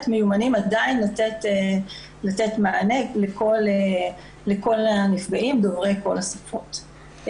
מיומנים עדיין לתת מענה לכל הנפגעים דוברי כל השפות.